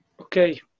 okay